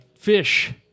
fish